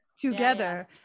Together